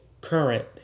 current